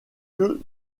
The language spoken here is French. que